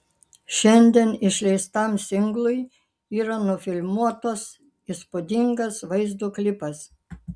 šiandien išleistam singlui yra nufilmuotas įspūdingas vaizdo klipas